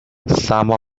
some